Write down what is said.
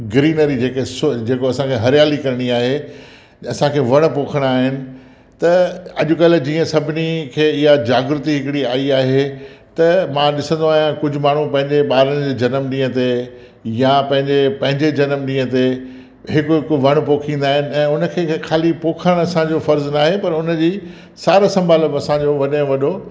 greenery जेके स्व जेको असांखे हरियाली करिणी आहे असांखे वणु पोखिणा आहिनि त अॼुकल्ह जीअं सभिनी खे इहा जागरुती हिकिड़ी आई आहे त मां ॾिसंदो आहियां कुझु माण्हू पंहिंजे ॿारनि जे जनमु ॾींहं ते या पंहिंजे पंहिंजे जनमु ॾींहं ते हिकु हिकु वण पोखींदा आहिनि ऐं उन खे ख़ाली पोखणु असांजो फ़र्ज़ न आहे पर हुन जी सार संभालण बि असांजो वॾे में वॾो